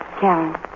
Karen